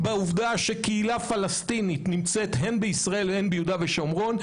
קהילה פלסטינית נמצאת הן בישראל והן ביהודה ושומרון,